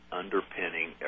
underpinning